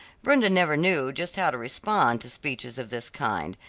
brenda never knew just how to respond to speeches of this kind,